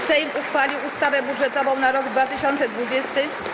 Sejm uchwalił ustawę budżetową na rok 2020.